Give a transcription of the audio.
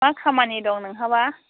मा खामानि दं नोंहाबा